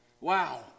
wow